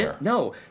No